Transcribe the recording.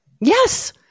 Yes